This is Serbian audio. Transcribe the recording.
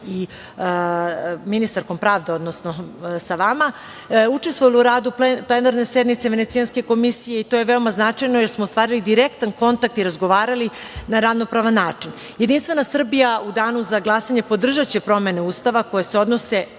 i ministarkom pravde, odnosno sa vama, učestvovala je u radu plenarne sednice Venecijanske komisije i to je veoma značajno, jer smo ostvarili direktan kontakt i razgovarali na ravnopravan način. Jedinstvena Srbija u danu za glasanje podržaće promene Ustava koje se odnose,